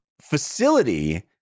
facility